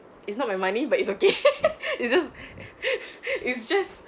it's not my money but it's okay it's just it's just